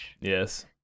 Yes